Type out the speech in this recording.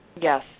Yes